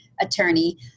attorney